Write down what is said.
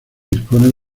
dispone